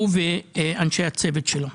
הוא ואנשי הצוות שלו.